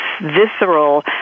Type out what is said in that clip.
visceral